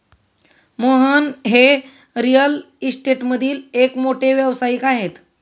मोहन हे रिअल इस्टेटमधील एक मोठे व्यावसायिक आहेत